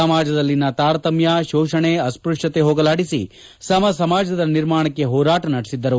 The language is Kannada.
ಸಮಾಜದಲ್ಲಿನ ತಾರತಮ್ಯ ಶೋಷಣೆ ಅಸ್ಪತ್ತತೆ ಹೋಗಲಾಡಿಸಿ ಸಮ ಸಮಾಜದ ನಿರ್ಮಾಣಕ್ಕೆ ಹೋರಾಟ ನಡೆಸಿದ್ದರು